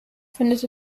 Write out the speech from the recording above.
findet